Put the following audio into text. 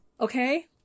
Okay